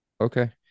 Okay